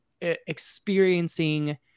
experiencing